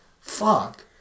fuck